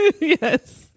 Yes